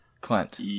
Clint